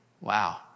Wow